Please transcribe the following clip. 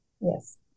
yes